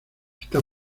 está